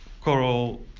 coral